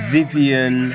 Vivian